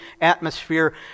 atmosphere